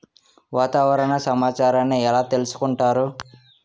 వాతావరణ సమాచారాన్ని ఎలా తెలుసుకుంటారు?